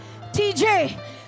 TJ